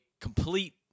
complete